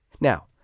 Now